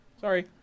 Sorry